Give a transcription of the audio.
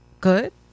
good